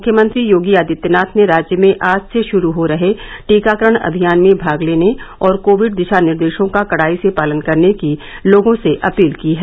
मुख्यमंत्री योगी आदित्यनाथ ने राज्य में आज से शुरू हो रहे टीकाकरण अभियान में भाग लेने और कोविड दिशा निर्देशों का कड़ाई से पालन करने की लोगों से अपील की है